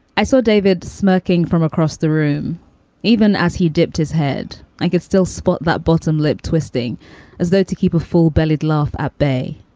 i saw david smirking from across the room even as he dipped his head. i could still spot that bottom lip twisting as though to keep a full bellied laugh at bay.